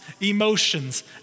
emotions